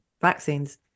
vaccines